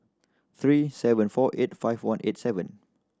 three seven four eight five one eight seven